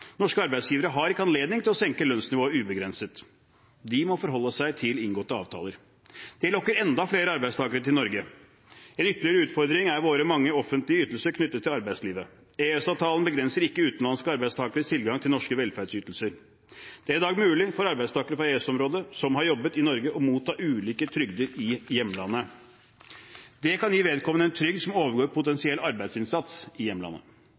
Norske arbeidsgivere har ikke anledning til å senke lønnsnivået ubegrenset. De må forholde seg til inngåtte avtaler. Det lokker enda flere arbeidstakere til Norge. En ytterligere utfordring er våre mange offentlige ytelser knyttet til arbeidslivet. EØS-avtalen begrenser ikke utenlandske arbeidstakeres tilgang til norske velferdsytelser. Det er i dag mulig for arbeidstakere i EØS-området som har jobbet i Norge, å motta ulike trygder i hjemlandet. Det kan gi vedkommende en trygd som overgår potensiell arbeidsinntekt i hjemlandet.